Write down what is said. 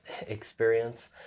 experience